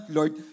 Lord